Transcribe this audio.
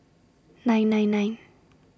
nine nine nine